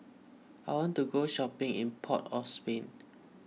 I want to go shopping in Port of Spain